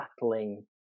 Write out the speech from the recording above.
battling